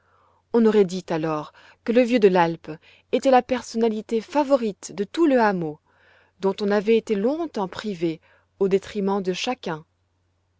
on aurait dit alors que le vieux de l'alpe était la personnalité favorite de tout le hameau dont on avait été longtemps privé au détriment de chacun